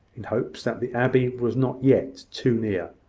in hopes that the abbey was not yet too near.